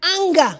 anger